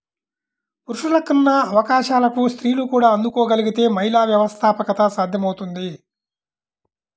పురుషులకున్న అవకాశాలకు స్త్రీలు కూడా అందుకోగలగితే మహిళా వ్యవస్థాపకత సాధ్యమవుతుంది